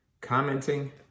commenting